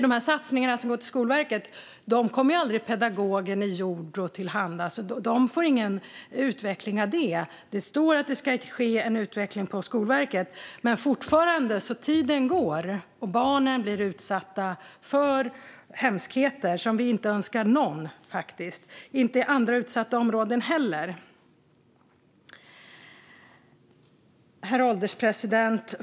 De satsningar som går till Skolverket kommer aldrig pedagoger i Jordbro tillhanda. De får ingen utveckling av det. Det står att det ska ske en utveckling på Skolverket. Men tiden går. Barnen blir utsatta för hemskheter som vi inte önskar någon, inte heller i andra utsatta områden. Herr ålderspresident!